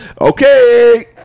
Okay